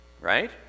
right